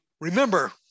remember